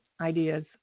ideas